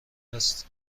است